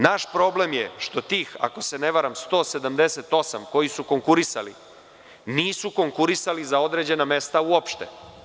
Naš problem je što tih, ako se ne varam, 178, koji su konkurisali, nisu konkurisali za određena mesta uopšte.